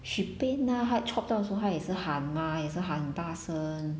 she pain ah 她 chop 到的时候她也是喊 mah 也是喊大声